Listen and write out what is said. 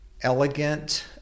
elegant